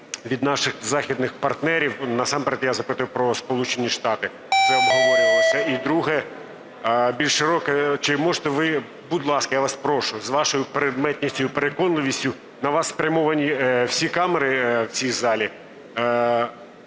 від наших західних партнерів, насамперед я запитую про Сполучені Штати, це обговорювалося? І, друге, більш широке. Чи можете ви (будь ласка, я вас прошу, з вашою предметністю і переконливістю, на вас спрямовані всі камери в цій залі)